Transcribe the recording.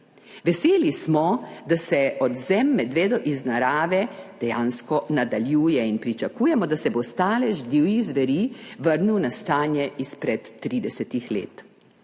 Veseli smo, da se odvzem medvedov iz narave dejansko nadaljuje in pričakujemo, da se bo stalež divjih zveri vrnil na stanje izpred 30-ih let.